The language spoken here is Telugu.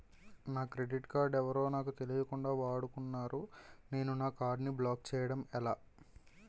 నా క్రెడిట్ కార్డ్ ఎవరో నాకు తెలియకుండా వాడుకున్నారు నేను నా కార్డ్ ని బ్లాక్ చేయడం ఎలా?